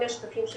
מהשקפים של